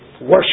Worship